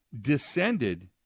descended